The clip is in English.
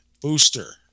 booster